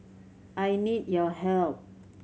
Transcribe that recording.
I need your help